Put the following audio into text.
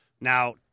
Now